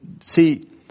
See